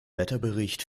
wetterbericht